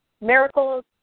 miracles